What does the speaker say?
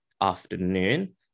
afternoon